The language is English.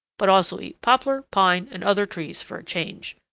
but also eat poplar, pine and other trees for a change.